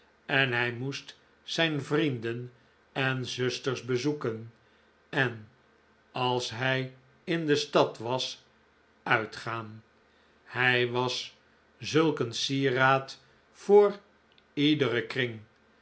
en hij moest zijn vrienden en zusters bezoeken en